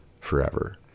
forever